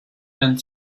and